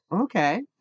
okay